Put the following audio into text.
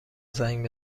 زنگ